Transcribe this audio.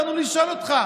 באנו לשאול אותך.